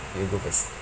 you go first